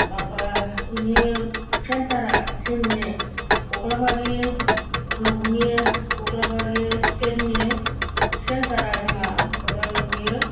माबा इनो सेन्टारा जोंनि कक्लाबारि ब्लकनि कक्लाबारि स्टेननि सेन्टारा जोङा अदालगुरि